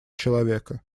человека